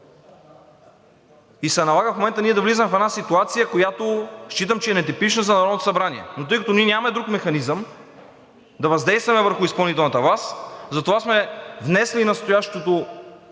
и се налага в момента ние да влизаме в една ситуация, която считам, че е нетипична за Народното събрание. Но тъй като нямаме друг механизъм да въздействаме върху изпълнителната власт, затова сме внесли настоящото